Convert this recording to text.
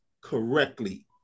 correctly